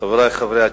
חברי חברי הכנסת,